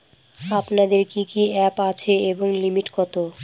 আপনাদের কি কি অ্যাপ আছে এবং লিমিট কত?